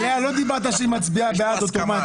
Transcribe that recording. עליה לא אמרת שהיא מצביעה בעד אוטומטית